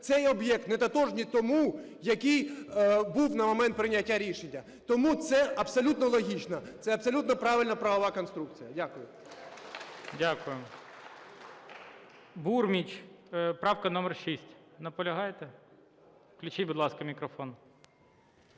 цей об'єкт не тотожній тому, який був на момент прийняття рішення. Тому це абсолютно логічно, це абсолютно правильна правова конструкція. Дякую. ГОЛОВУЮЧИЙ. Дякую. Бурміч, правка номер 6. Наполягаєте? Включіть, будь ласка, мікрофон.